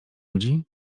ludzi